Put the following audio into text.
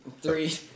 three